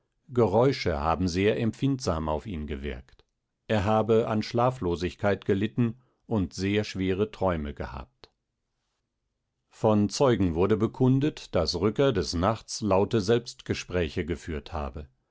geräusche haben sehr empfindsam auf ihn gewirkt er habe an schlaflosigkeit gelitten und sehr schwere träume gehabt von zeugen wurde bekundet daß rücker des nachts laufe selbstgespräche geführt habe